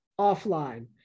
offline